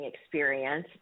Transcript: experience